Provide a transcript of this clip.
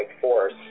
force